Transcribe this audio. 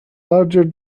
larger